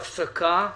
פה אחד סעיפים 6, 7